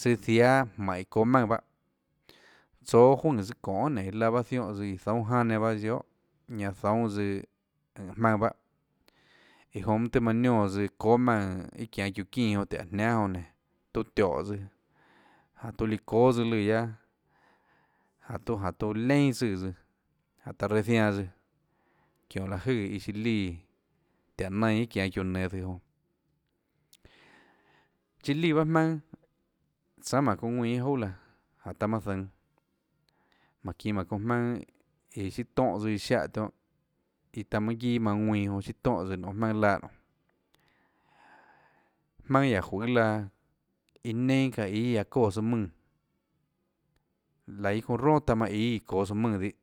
Søã ziáâ mánhå iã çoå maùnã bahâ tsoå juøè tsøã çonê nénå iã laã bahâ ziónhã tsøã zoúnã janâ nenã bahâ tsøã guiohà ñanã zoúnã tsøã ùnhå jmaønã bahâ iã jonã mønâ tùhå manã niónã çóâ maùnã iâ çianå çiúã çínã jonã tùhå aã jniánâ jonã tuã tióhå tsøã jáhå tuã líã çóâ tsøã lùã guiaâ jáhå tuã jáhå tuã leinà tsùã tsøã jáhå taã reã zianã tsøã çiónhå láhå jøè iã siã líã tiáhå nainã iâ çianå çiúã nenå zøhå jonã chiã líã bahâ jmaønâ tsánâ jmánhå çounã ðuinã iâ jouà laã jáhå taã manã zønå jmánhå çinå jmánhå çounã jmaønâ iã siâ tóhã tsøã iã siáhã tionhâ iã taã mønâ guiâ manã ðuinã jonã siâ tóhã tsøã nonê jmaønâ laã nonê jmaønâ iã aã juøê laã iã neinâ çaã íâ aã çóã tsøã mùnã laã iâ çounã roà taã manã íâ iã çoå tsøã mùnã dihâ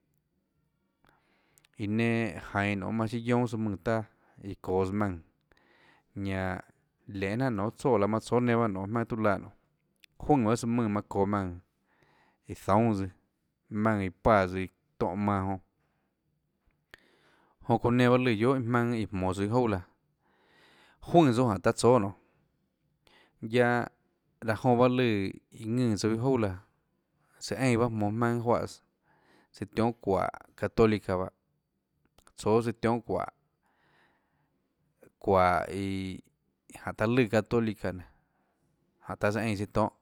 iã nenã jainå nonê manã siâ guionâ søã mùnã taâ iã çoås maùnã lenê jnanà nonê tsoè laã manã tsóâ nenã bahâ jmaønâ tuâ laã nonê juønè bahâ tsøã mùnã manã çoå maùnã iã zoúnâ tsøã maùnã iã páã tsøã tóhã manã jonã jonã çounã nenã bahâ lùã guiohà jmaønâ iã jmonå tsouã iâ jouà laã juønè tsouã jánhå taã tsóâ nonê guiaâ laã jonã bahâ lùã iã ðùnã tsouã iâ jouà laã søã eínã bahâ jmonå maønâ juáhãs søã tionhâ çuáhå católica bahâ tsoå søã tionhâ çuáhå çuáhå iiiå jáhå taã lùã católica nénå taã siã eínã siã tonhâ.